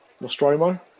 Nostromo